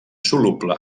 soluble